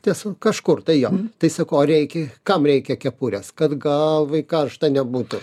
ties kažkur tai jo tai sakau o reikia kam reikia kepurės kad galvai karšta nebūtų